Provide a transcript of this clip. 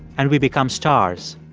and we become stars.